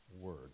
word